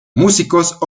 músicos